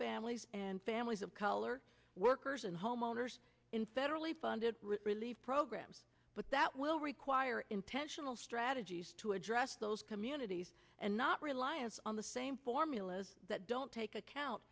families and families of color workers and homeowners in federally funded relief programs but that will require intentional strategies to address those communities and not reliance on the same formulas that don't take account